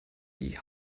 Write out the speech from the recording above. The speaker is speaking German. die